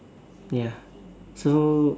ya so